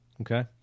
okay